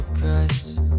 Cause